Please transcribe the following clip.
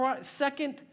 second